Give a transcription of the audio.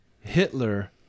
Hitler